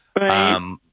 Right